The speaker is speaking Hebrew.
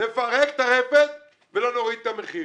נפרק את הרפת ולא נוריד את המחיר.